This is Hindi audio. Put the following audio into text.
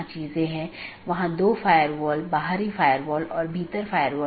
यहाँ N1 R1 AS1 N2 R2 AS2 एक मार्ग है इत्यादि